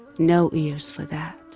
no ears for that.